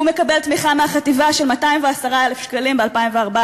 הוא מקבל מהחטיבה תמיכה של 210,000 שקלים ב-2014.